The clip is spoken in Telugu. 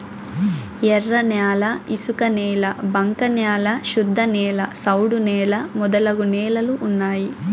ఎర్రన్యాల ఇసుకనేల బంక న్యాల శుద్ధనేల సౌడు నేల మొదలగు నేలలు ఉన్నాయి